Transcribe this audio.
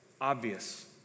obvious